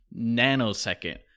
nanosecond